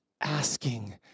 asking